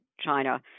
China